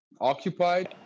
occupied